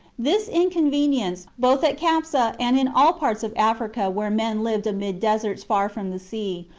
this incon venience, both at capsa and in all parts of africa where men lived amid deserts far from the sea,